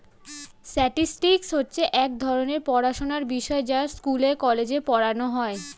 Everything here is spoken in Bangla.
স্ট্যাটিস্টিক্স হচ্ছে এক ধরণের পড়াশোনার বিষয় যা স্কুলে, কলেজে পড়ানো হয়